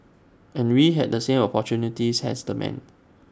and we had the same opportunities as the men